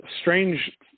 strange